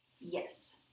Yes